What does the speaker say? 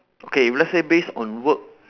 okay if let's say based on work